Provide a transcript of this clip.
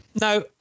no